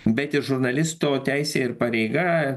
bet ir žurnalisto teisė ir pareiga